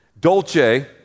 Dolce